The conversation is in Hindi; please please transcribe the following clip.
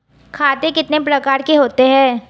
खाते कितने प्रकार के होते हैं?